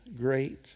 great